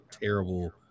terrible